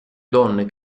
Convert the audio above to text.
donne